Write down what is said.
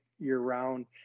year-round